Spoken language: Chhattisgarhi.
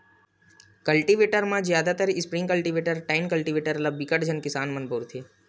कल्टीवेटर म जादातर स्प्रिंग कल्टीवेटर, टाइन कल्टीवेटर ल बिकट झन किसान मन ह बउरथे